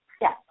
Yes